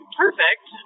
perfect